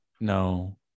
No